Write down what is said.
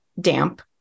damp